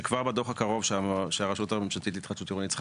שכבר בדוח הקרוב שהרשות הממשלתית להתחדשות עירונית צריכה